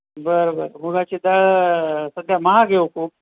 बरं बरं मुगाची डाळ सध्या महाग आहे ओ खूप